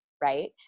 right